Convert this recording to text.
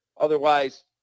Otherwise